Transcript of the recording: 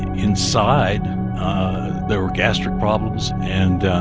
inside there were gastric problems. and